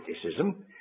criticism